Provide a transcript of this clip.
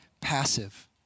passive